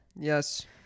yes